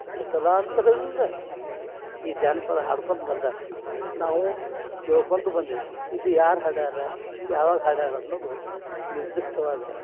ತಲೆತಲಾಂತರದಿಂದ ಈ ಜಾನಪದ ಹಾಡ್ಕೊಂತ ಬಂದಾರೆ ನಾವು ಕೇಳ್ಕೊಂತ ಬಂದೇವೆ ಇದು ಯಾರು ಹಾಡ್ಯಾರೆ ಯಾವಾಗ ಹಾಡ್ಯಾರೆ ಅನ್ನುವುದು ನಿರ್ದಿಷ್ಟವಾದ